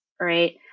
right